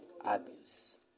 abuse